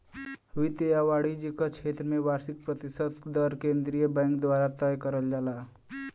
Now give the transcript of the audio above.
वित्त या वाणिज्य क क्षेत्र में वार्षिक प्रतिशत दर केंद्रीय बैंक द्वारा तय करल जाला